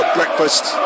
breakfast